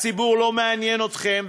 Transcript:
הציבור לא מעניין אתכם,